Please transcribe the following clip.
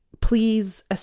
please